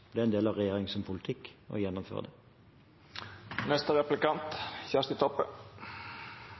Det er en del av regjeringens politikk å gjennomføre